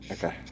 Okay